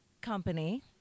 company